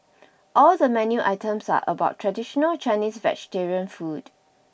all the menu items are about traditional Chinese vegetarian food